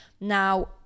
Now